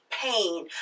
pain